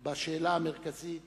בשאלה המרכזית